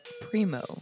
primo